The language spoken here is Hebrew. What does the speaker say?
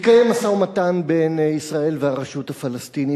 מתקיים משא-ומתן בין ישראל והרשות הפלסטינית,